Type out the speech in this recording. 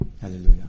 Hallelujah